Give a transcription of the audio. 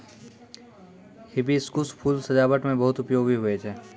hibiscus फूल सजाबट मे बहुत उपयोगी हुवै छै